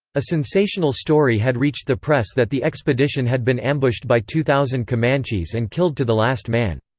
a sensational story had reached the press that the expedition had been ambushed by two thousand comanches and killed to the last man.